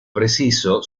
preciso